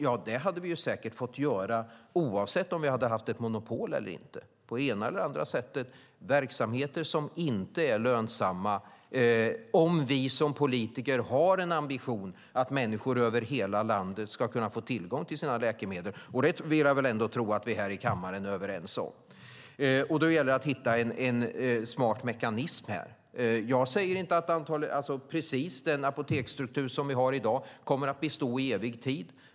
Ja, det hade vi säkert fått göra, oavsett om vi hade haft ett monopol eller inte, på det ena eller andra sättet för verksamheter som inte är lönsamma om vi som politiker har en ambition att människor över hela landet ska kunna få tillgång till sina läkemedel. Och det vill jag ändå tro att vi här i kammaren är överens om. Då gäller det att hitta en smart mekanism här. Jag säger inte att precis den apoteksstruktur som vi har i dag kommer att bestå i evig tid.